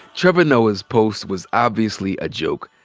trevor noah's post was obviously a joke,